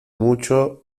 mucho